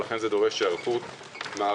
ולכן זה דורש היערכות מערכתית.